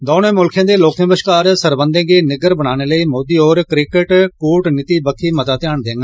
दौनें मुल्खें दे लोकें बश्कार सरबंधें गी निग्गर बनाने लेई मोदी होर क्रिकेट कूटनीति बक्खी मता ध्यान देङन